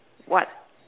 what